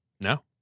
No